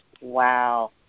Wow